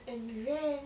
and then